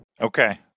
Okay